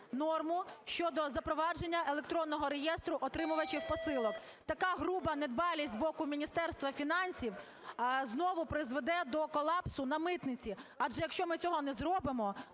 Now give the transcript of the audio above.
норму щодо запровадження електронного реєстру отримувачів посилок. Така груба недбалість з боку Міністерства фінансів знову призведе до колапсу на митниці, адже якщо ми цього не зробимо,